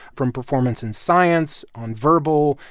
from performance in science, on verbal,